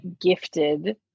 gifted